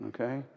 okay